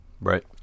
Right